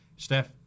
Steph